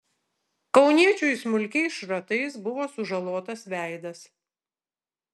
kauniečiui smulkiais šratais buvo sužalotas veidas